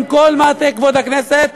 עם כל כבוד הכנסת,